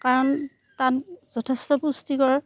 কাৰণ তাত যথেষ্ট পুষ্টিকৰ